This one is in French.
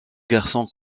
garçon